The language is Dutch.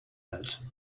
uit